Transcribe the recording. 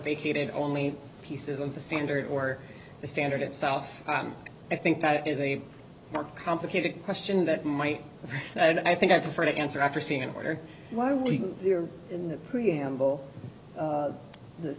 vacated only pieces of the standard or the standard itself i think that is a more complicated question that might and i think i prefer to answer after seeing an order why we were in the preamble the t